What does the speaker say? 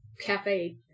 cafe